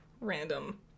random